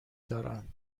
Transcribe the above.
دارند